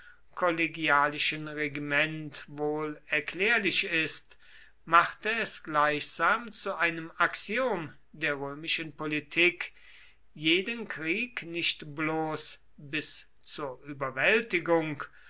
kollegialischen regiment wohl erklärlich ist machte es gleichsam zu einem axiom der römischen politik jeden krieg nicht bloß bis zur überwältigung